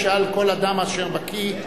ישאל כל אדם אשר בקי,